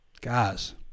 Guys